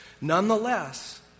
Nonetheless